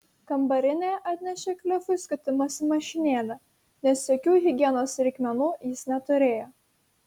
kambarinė atnešė klifui skutimosi mašinėlę nes jokių higienos reikmenų jis neturėjo